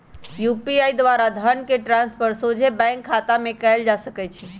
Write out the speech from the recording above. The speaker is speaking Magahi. यू.पी.आई द्वारा धन के ट्रांसफर सोझे बैंक खतामें कयल जा सकइ छै